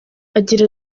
agira